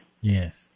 Yes